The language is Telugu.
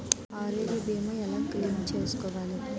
ఆరోగ్య భీమా ఎలా క్లైమ్ చేసుకోవాలి?